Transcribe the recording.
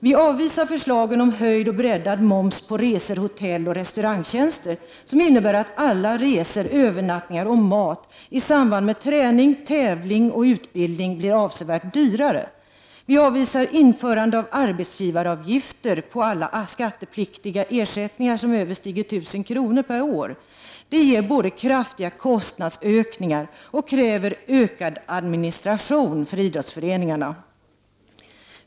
Vi avvisar förslagen om höjd och breddad moms på resor, hotelloch restaurangtjänster, som innebär att alla resor, övernattningar och mat i samband med träning, tävling och utbildning blir avsevärt dyrare. Vi avvisar införande av arbetsgivaravgifter på alla skattepliktiga ersättningar som överstiger 1 000 kr. per år. Det ger både kraftiga kostnadsökningar och kräver ökad administration för idrottsföreningarna.